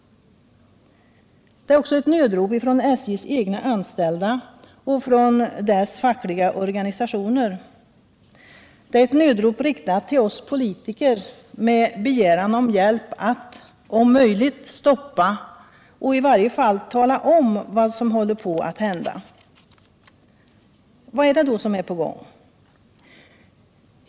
Den är också ett nödrop från SJ:s egna anställda och från dess fackliga organisationer, ett nödrop riktat till oss politiker med begäran om hjälp att om möjligt stoppa och i varje fall tala om vad som håller på att hända. Vad är det då som är på gång?